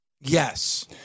Yes